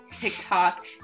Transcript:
TikTok